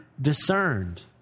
discerned